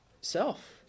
self